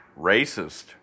racist